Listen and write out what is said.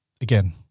again